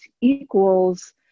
equals